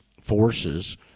forces